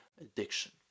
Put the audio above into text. addiction